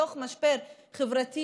בתוך משבר חברתי-כלכלי,